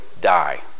die